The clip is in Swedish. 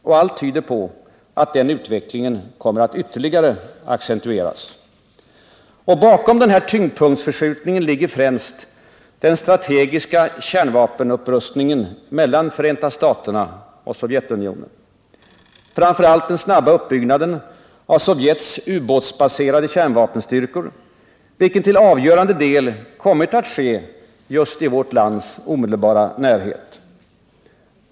Och allt tyder på att denna utveckling kommer att ytterligare accentueras. Bakom tyngdpunktsförskjutningen ligger främst den strategiska kärnvapenkapprustningen mellan Förenta staterna och Sovjetunionen och framför allt den snabba uppbyggnaden av Sovjets ubåtsbaserade kärnvapenstyrkor, vilket till avgörande del kommit att ske just i vårt lands omedelbara närhet.